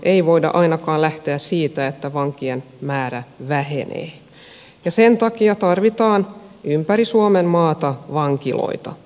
ei voida ainakaan lähteä siitä että vankien määrä vähenee ja sen takia tarvitaan ympäri suomenmaata vankiloita